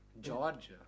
George